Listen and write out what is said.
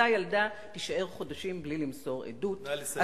אותה ילדה תישאר חודשים בלי למסור עדות -- נא לסיים.